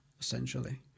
essentially